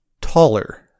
taller